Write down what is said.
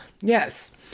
Yes